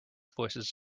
voices